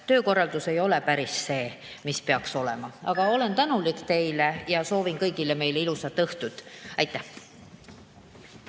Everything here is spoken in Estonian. töökorraldus ei ole päris see, mis peaks olema. Aga olen tänulik teile ja soovin kõigile meile ilusat õhtut. Aitäh!